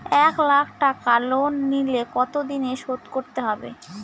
এক লাখ টাকা লোন নিলে কতদিনে শোধ করতে হবে?